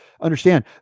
understand